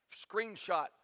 screenshot